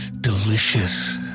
delicious